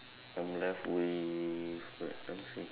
I'm left with wait let me see